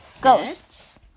Ghosts